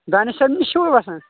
دانش صٲبن نش چھِو بسان